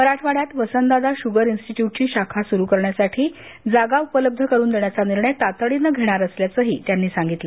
मराठवाड्यात वसंतदादा शुगर इन्स्टिट्यूटची शाखा सुरू करण्यासाठी जागा उपलब्ध करून देण्याचा निर्णय तातडीनं घेणार असल्याचंही त्यांनी सांगितलं